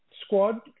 squad